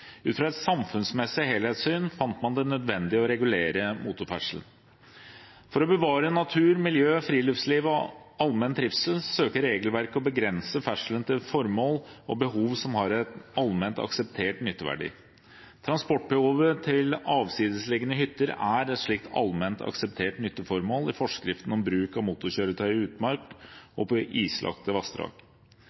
Ut fra et samfunnsmessig helhetssyn fant man det nødvendig å regulere motorferdselen. For å bevare natur, miljø, friluftsliv og allmenn trivsel søker regelverket å begrense ferdselen til formål og behov som har en allment akseptert nytteverdi. Transportbehovet til avsidesliggende hytter er et slikt allment akseptert nytteformål i forskriften om bruk av motorkjøretøy i utmark og på islagte vassdrag.